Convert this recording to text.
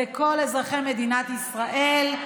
לכל אזרחי מדינת ישראל.